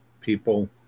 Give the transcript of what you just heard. people